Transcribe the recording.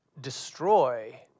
destroy